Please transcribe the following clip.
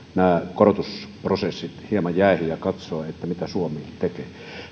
korotusprosessit hieman jäähylle ja katsoo mitä suomi tekee